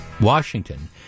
Washington